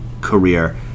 career